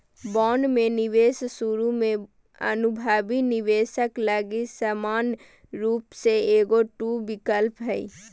bond में निवेश शुरु में अनुभवी निवेशक लगी समान रूप से एगो टू विकल्प हइ